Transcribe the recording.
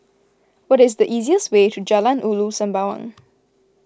what is the easiest way to Jalan Ulu Sembawang